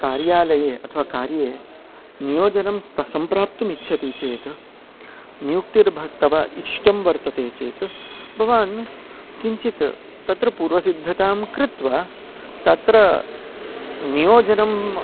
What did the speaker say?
कार्यालये अथवा कार्ये नियोजनं प्रसम्प्राप्तुम् इच्छति चेत् नियुक्तिर्भक्तवा इष्टं वर्तते चेत् भवान् किञ्चित् तत्र पूर्वसिद्धतां कृत्वा तत्र नियोजनम्